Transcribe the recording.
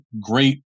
great